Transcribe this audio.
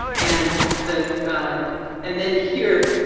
and that and then here,